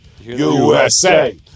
USA